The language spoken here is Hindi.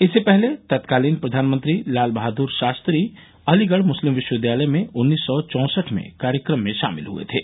इससे पहले तत्कालीन प्रधानमंत्री लाल बहाद्र शास्त्री अलीगढ़ मुस्लिम विश्वविद्यालय में उन्नीस सौ चौंसठ में कार्यक्रम में शामिल हुए थे